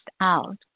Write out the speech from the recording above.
out